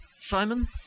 Simon